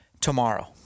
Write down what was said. tomorrow